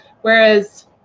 Whereas